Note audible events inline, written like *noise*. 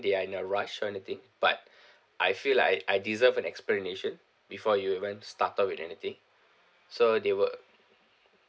they are in a rush or anything but *breath* I feel like I I deserve an explanation before you even started with anything so they were